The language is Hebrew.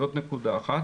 זאת נקודה אחת.